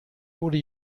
wurde